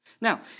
Now